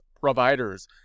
providers